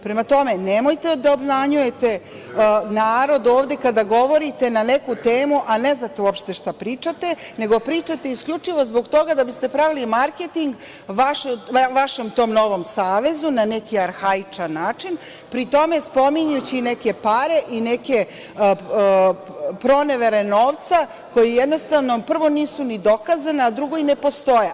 Prema tome, nemojte da obmanjujete narod ovde kada govorite na neku temu, a ne znate uopšte šta pričate, nego pričate isključivo zbog toga da biste pravili marketing vašem tom novom savezu, na neki arhaičan način, pri tome spominjući neke pare i neke pronevere novca koje jednostavno, prvo nisu ni dokazane, a drugo i ne postoje.